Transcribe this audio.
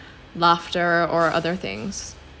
laughter or other things